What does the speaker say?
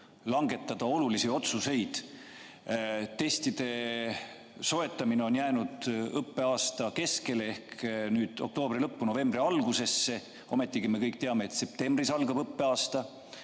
langetada olulisi otsuseid. Testide soetamine on jäänud õppeaasta keskele ehk nüüd oktoobri lõppu, novembri algusesse. Ometigi me kõik teame, et septembris algab õppeaasta.